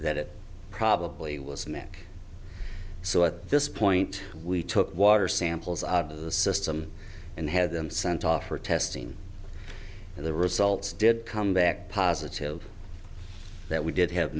that it probably was mc so at this point we took water samples out of the system and had them sent off for testing and the results did come back positive that we did have